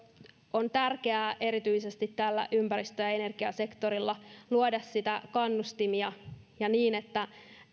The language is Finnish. on tärkeää erityisesti tällä ympäristö ja ja energiasektorilla luoda niitä kannustimia niin että